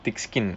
thick skin